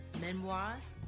memoirs